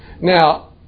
Now